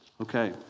Okay